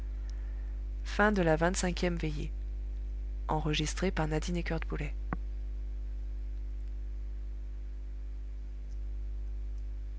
moi vingt-cinquième veillée